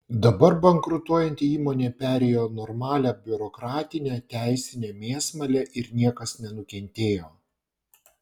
dabar bankrutuojanti įmonė perėjo normalią biurokratinę teisinę mėsmalę ir niekas nenukentėjo